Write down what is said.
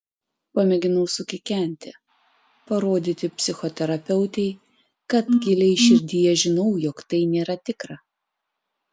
pamėginau sukikenti parodyti psichoterapeutei kad giliai širdyje žinau jog tai nėra tikra